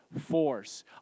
force